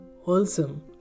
wholesome